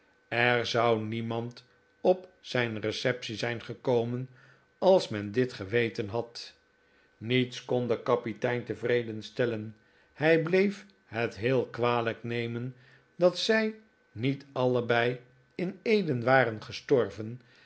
er zou niemand op zijn receptie zijn gekomen als men dit geweten had niets kon den kapitein tevreden stellen hij bleef het heel kwalijk nemen dat zij niet allebei in eden waren gestorven